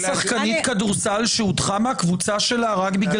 אין שחקנית כדורסל שהודחה מהקבוצה שלך רק כי